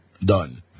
Done